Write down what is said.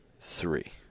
Three